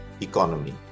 economy